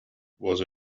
was